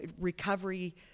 recovery